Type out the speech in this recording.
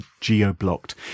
geo-blocked